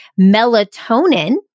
Melatonin